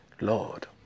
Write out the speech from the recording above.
Lord